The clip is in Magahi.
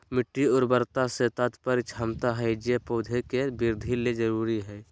मिट्टी उर्वरता से तात्पर्य क्षमता हइ जे पौधे के वृद्धि ले जरुरी हइ